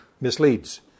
misleads